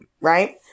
Right